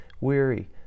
weary